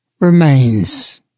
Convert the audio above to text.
remains